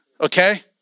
okay